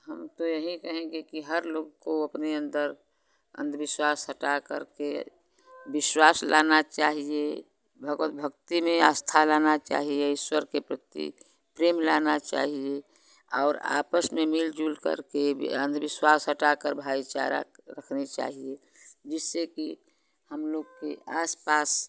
हम तो यही कहेंगे कि हर लोग को अपने अंदर अंधविश्वास हटाकर के विश्वास लाना चाहिए भगत भगती में आस्था लाना चाहिए ईश्वर के प्रति प्रेम लाना चाहिए और आपस में मिल जुलकर के अंधविश्वास हटाकर भाईचारा रखने चाहिए जिससे कि हम लोग के आस पास